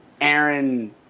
aaron